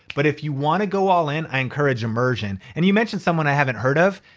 but if you wanna go all in, i encourage immersion. and you mentioned someone i haven't heard of.